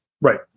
Right